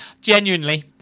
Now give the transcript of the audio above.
Genuinely